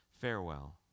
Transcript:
Farewell